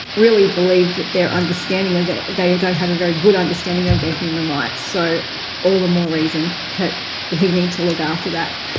really believe that their understanding of their they don't have a very good understanding of their human rights. so all the more reason that we need to look after that.